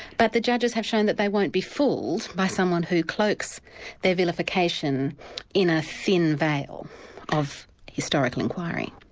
but the judges have shown that they won't be fooled by someone who cloaks their vilification in a thin veil of historical inquiry.